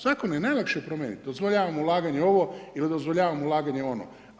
Zakon je najlakše promijeniti, dozvoljavamo ulaganja u ovo, ili dozvoljavamo ulaganja u ono.